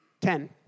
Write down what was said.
Ten